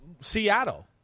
Seattle